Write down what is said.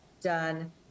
done